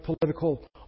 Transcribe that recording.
political